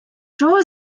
чого